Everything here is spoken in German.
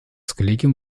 collegium